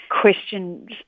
questions